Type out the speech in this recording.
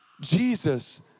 Jesus